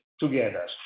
together